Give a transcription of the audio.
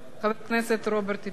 חבר הכנסת רוברט טיבייב.